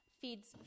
feeds